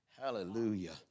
Hallelujah